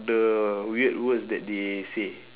the weird words that they say